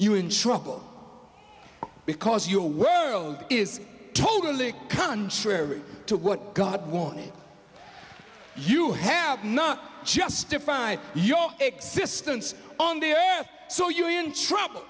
you're in trouble because your world is totally contrary to what god wanted you have not justified your existence so you're in trouble